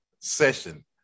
session